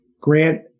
Grant